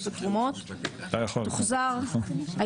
הגבלת שיקול הדעת של אותה ועדת היתרים,